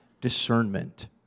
discernment